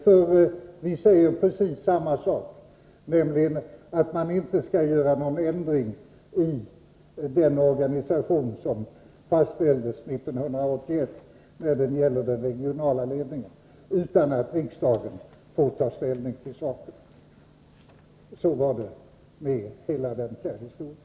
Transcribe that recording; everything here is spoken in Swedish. För vi säger precis samma sak, nämligen att man inte skall göra någon ändring i den organisation som fastställdes 1981 när det gäller den regionala ledningen, utan att riksdagen får ta ställning till saken. Så var det med hela den historien.